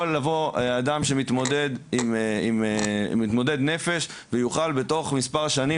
יכול לבוא אדם מתמודד נפש ויוכל בתוך מספר שנים